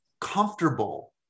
comfortable